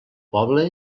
poble